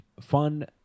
fun